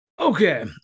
okay